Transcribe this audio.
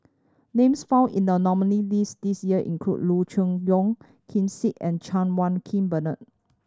names found in the nominee list this year include Loo Choon Yong Ken Seet and Chan Wah King Bernard